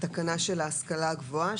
התקנה של ההשכלה הגבוהה,